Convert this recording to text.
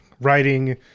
writing